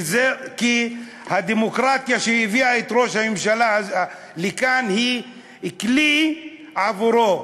כי הדמוקרטיה שהביאה את ראש הממשלה לכאן היא כלי עבורו,